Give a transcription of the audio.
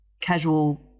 casual